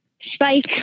Spike